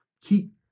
Keep